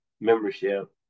Membership